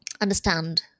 understand